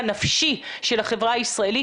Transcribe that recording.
הנפשי של החברה הישראלית,